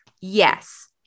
Yes